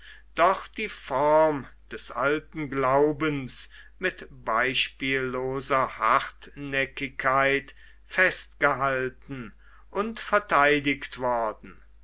doch die form des alten glaubens mit beispielloser hartnäckigkeit festgehalten und verteidigt worden